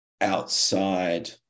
outside